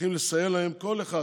צריכים לסייע להם, כל אחד